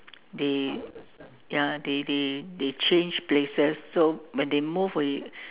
they ya they they they change places so when they move we